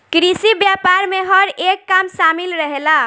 कृषि व्यापार में हर एक काम शामिल रहेला